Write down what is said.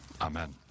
amen